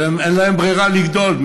אין להן ברירה אלא לגדול,